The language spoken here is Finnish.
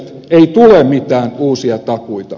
ei tule mitään uusia takuita